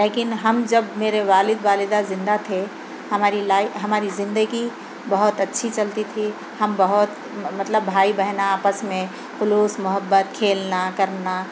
لیکن ہم جب میرے والد والدہ زندہ تھے ہماری لائف ہماری زندگی بہت اچھی چلتی تھی ہم بہت مطلب بھائی بہن آپس میں خلوص محبت کھیلنا کرنا